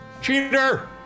Cheater